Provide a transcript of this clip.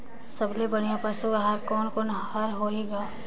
सबले बढ़िया पशु आहार कोने कोने हर होही ग?